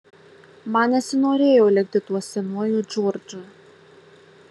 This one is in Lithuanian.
man nesinorėjo likti tuo senuoju džordžu